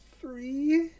three